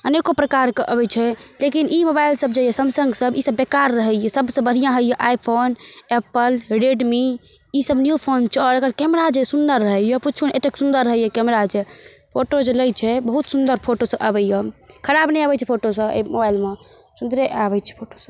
अनेको प्रकारके अबै छै लेकिन ई मोबाइल सब जे यऽ सैमसंग सब ईसब बेकार रहै यऽ सबसँ बढ़िऑं होइ यऽ आइफोन एप्पल रेडमी ईसब न्यू फोन छै और अकर कैमरा जे सुन्दर रहै यऽ पूछु नै एतेक सुन्दर रहै यऽ कैमरा जे फोटो जे लै छै बहुत सुन्दर फोटो सब अबै यऽ खराब नै अबै छै फोटोसब अइ मोबाइल मऽ सुन्दरे आबै छै फोटो सब